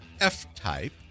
F-Type